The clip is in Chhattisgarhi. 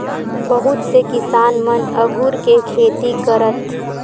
बहुत से किसान मन अगुर के खेती करथ